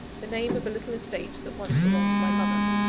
the name of a little estate that once belonged to my mother,